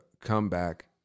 comeback